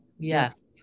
Yes